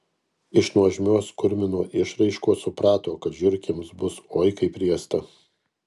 iš nuožmios kurmino išraiškos suprato kad žiurkėms bus oi kaip riesta